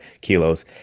kilos